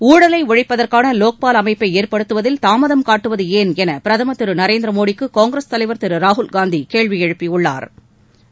ஊழலை ஒழிப்பதற்கான லோக் பால் அமைப்பை ஏற்படுத்துவதில் தாமதம் காட்டுவது ஏன் என பிரதம் திரு நரேந்திர மோடிக்கு காங்கிரஸ் தலைவா் திரு ராகுல் காந்தி கேள்வி எழுப்பியுள்ளாா்